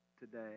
today